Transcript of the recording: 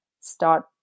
start